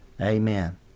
Amen